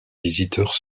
visiteurs